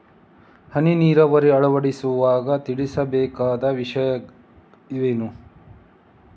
ಹನಿ ನೀರಾವರಿ ಅಳವಡಿಸುವಾಗ ತಿಳಿದಿರಬೇಕಾದ ವಿಷಯವೇನು?